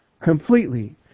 Completely